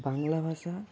বাংলা ভাষা